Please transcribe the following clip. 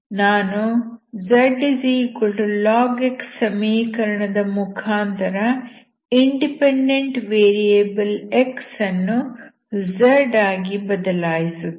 ನಾನು zlog x ಸಮೀಕರಣದ ಮುಖಾಂತರ ಇಂಡಿಪೆಂಡೆಂಟ್ ವೇರಿಯಬಲ್ x ಅನ್ನು z ಆಗಿ ಬದಲಾಯಿಸುತ್ತೇನೆ